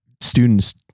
Students